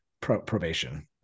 probation